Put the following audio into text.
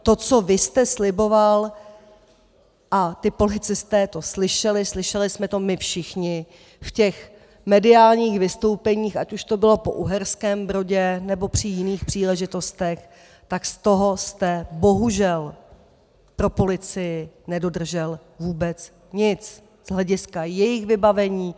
To, co vy jste sliboval, a ti policisté to slyšeli, slyšeli jsme to my všichni v mediálních vystoupeních, ať už to bylo po Uherském Brodě, nebo při jiných příležitostech, tak z toho jste bohužel pro policii nedodržel vůbec nic z hlediska jejich vybavení.